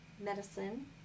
Medicine